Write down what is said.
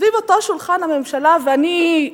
סביב אותו שולחן הממשלה, ואני,